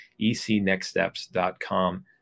ecnextsteps.com